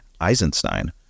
Eisenstein